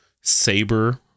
saber